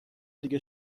دیگه